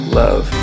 love